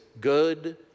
good